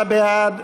49 בעד,